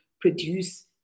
produce